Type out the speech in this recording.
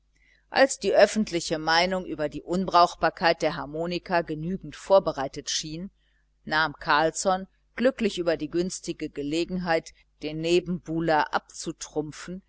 als die öffentliche meinung über die unbrauchbarkeit der harmonika genügend vorbereitet schien nahm carlsson glücklich über die günstige gelegenheit den nebenbuhler abzutrumpfen